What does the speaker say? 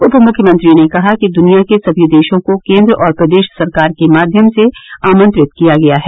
उप मुख्यमंत्री ने कहा कि दुनिया के सभी देशों को केन्द्र और प्रदेश सरकार के माध्यम से आमंत्रित किया गया है